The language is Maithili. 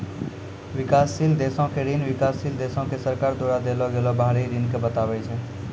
विकासशील देशो के ऋण विकासशील देशो के सरकार द्वारा देलो गेलो बाहरी ऋण के बताबै छै